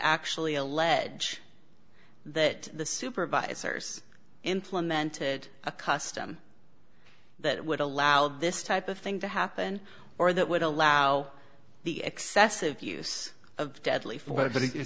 actually allege that the supervisors implemented a custom that would allow this type of thing to happen or that would allow the excessive use of deadly force but it